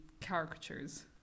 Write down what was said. caricatures